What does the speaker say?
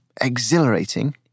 exhilarating